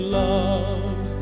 love